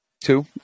Two